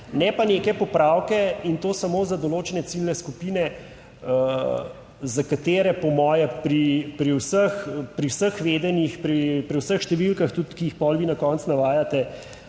ne pa neke popravke, in to samo za določene ciljne skupine, za katere po moje pri vseh, pri vseh vedenjih, pri vseh številkah tudi, ki jih potem vi na koncu navajate,